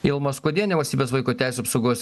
ilma skuodienė valstybės vaiko teisių apsaugos